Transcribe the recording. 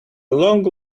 long